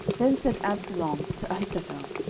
then said absalom to ahithophel,